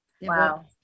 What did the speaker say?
Wow